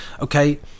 Okay